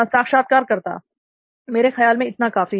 साक्षात्कारकर्ता मेरे ख्याल से इतना काफी है